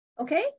Okay